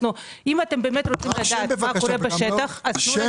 אם אתם באמת רוצים לדעת מה קורה בשטח אז תנו לנו לדבר.